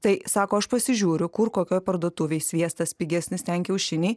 tai sako aš pasižiūriu kur kokioj parduotuvėj sviestas pigesnis ten kiaušiniai